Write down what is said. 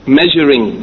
measuring